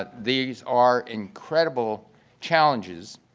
these are incredible challenges,